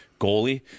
goalie